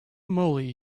moly